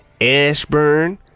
Ashburn